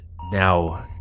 now